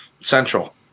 central